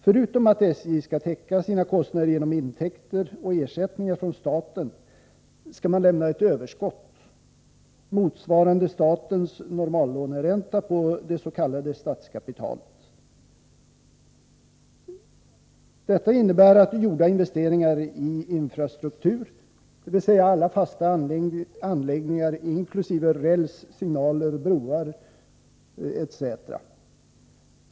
Förutom att SJ skall täcka sina kostnader genom intäkter och ersättningar från staten skall man lämna ett ”överskott”, motsvarande statens normallåneränta på det s.k. statskapitalet. Detta innebär att gjorda investeringar i infrastruktur — dvs. alla fasta anläggningar inkl. räls, signaler, broar etc.